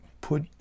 Put